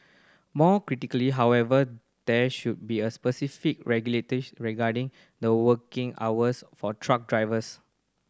more critically however there should be a specific regarding the working hours for truck drivers